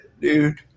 dude